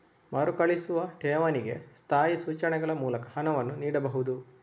ಮರುಕಳಿಸುವ ಠೇವಣಿಗೆ ಸ್ಥಾಯಿ ಸೂಚನೆಗಳ ಮೂಲಕ ಹಣವನ್ನು ನೀಡಬಹುದು